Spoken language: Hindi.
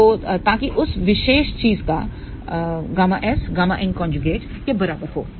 तो ताकि उस विशेष चीज का ƬSƬin कॉनज़्युगेट के बराबर हो